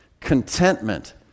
contentment